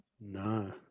No